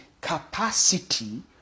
capacity